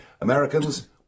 Americans